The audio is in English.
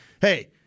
hey